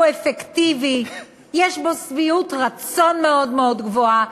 הוא אפקטיבי, יש בו שביעות רצון מאוד מאוד גבוהה.